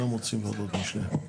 אני אגיד לך איפה ההתלבטות שלנו.